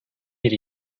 bir